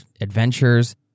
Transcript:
adventures